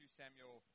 samuel